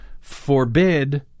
forbid